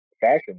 fashion